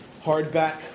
hardback